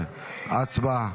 18. הצבעה.